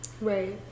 right